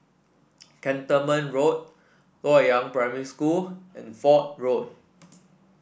Cantonment Road Loyang Primary School and Fort Road